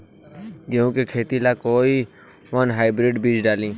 गेहूं के खेती ला कोवन हाइब्रिड बीज डाली?